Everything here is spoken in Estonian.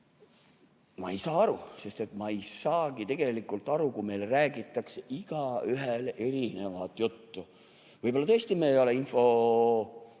Ma ei saa aru, ma ei saagi tegelikult aru, kui meile räägitakse igaühele erinevat juttu. Võib-olla tõesti me ei ole inforuumis